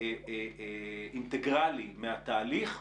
אינטגרלי מהתהליך,